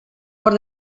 por